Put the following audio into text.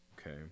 Okay